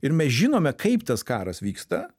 ir mes žinome kaip tas karas vyksta